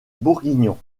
bourguignon